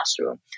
classroom